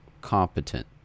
competent